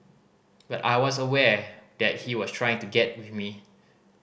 but I was aware that he was trying to get with me